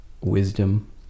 wisdom